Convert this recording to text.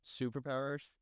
Superpowers